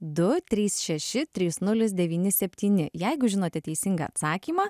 du trys šeši trys nulis devyni septyni jeigu žinote teisingą atsakymą